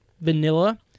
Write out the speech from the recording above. vanilla